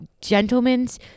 Gentlemen's